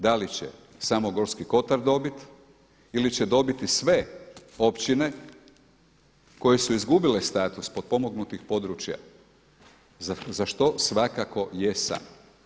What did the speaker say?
Da li će samo Gorski Kotar dobit ili će dobiti sve općine koje su izgubile status potpomognutih područja za što svakako jesam.